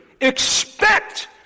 expect